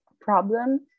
problem